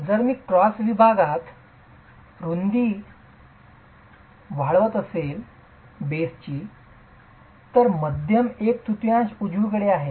जर मी क्रॉस विभागात रूंदी बेसची रुंदी स्वतः वाढवत असेल तर मध्यम एक तृतीयांश उजवीकडे वाढेल